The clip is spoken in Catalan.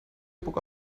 puc